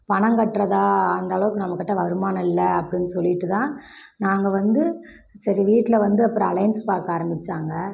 பணம் கட்டுறதா அந்த அளவுக்கு நம்மகிட்ட வருமானம் இல்லை அப்படின்னு சொல்லிட்டுதான் நாங்கள் வந்து சரி வீட்டில் வந்து அப்புறம் அலைன்ஸ் பார்க்க ஆரமித்தாங்க